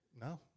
No